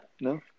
no